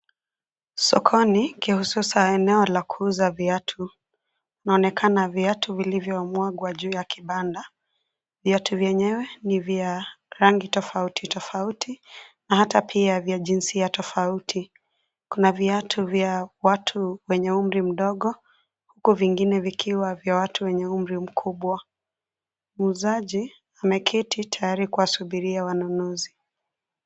Sokoni kihususa eneo la kuuza viatu; inaonekana viatu vilivyomwagwa juu ya kibanda. Viatu vyenyewe ni vya rangi tofauti tofauti na hata pia vya jinsia tofauti. Kuna viatu vya watu wenye umri mdogo huku vingine vikiwa vya watu wenye umri mkubwa. Muuzaji ameketi tayari kuwasubiria wanunuzi.